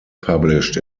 published